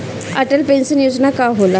Atal pension योजना का होला?